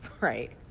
Right